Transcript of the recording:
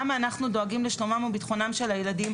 גם אנחנו דואגים לשלומם וביטחונם של הילדים,